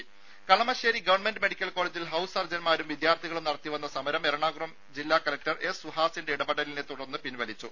ദേദ Kalamassery government medical കോളജിൽ house സർജന്മാരും വിദ്യാർത്ഥികളും നടത്തി വന്ന സമരം എറണാകുളം ജില്ലാ കലക്ടർ എസ് സുഹാസിന്റെ ഇടപെടലിനെ തുടർന്ന് പിൻവലിച്ചു